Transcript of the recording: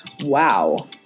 Wow